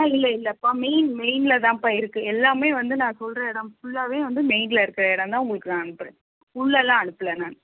ஆ இல்லை இல்லைப்பா மெயின் மெயினில்தான்ப்பா இருக்குது எல்லாமே வந்து நான் சொல்கிற இடம் ஃபுல்லாகவே வந்து மெயினில் இருக்கிற இடம் தான் உங்களுக்கு நான் அனுப்புகிறேன் உள்ளேலாம் அனுப்பலை நான்